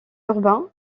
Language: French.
urbain